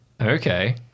Okay